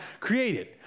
created